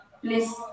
Please